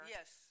Yes